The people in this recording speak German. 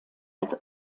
als